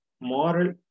moral